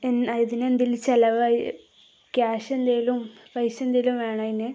ഇതിനെന്തേലും ചിലവായി ക്യാഷ് എന്തേലും പൈസ എന്തേലും വേണമോ അതിന്